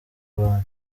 bantu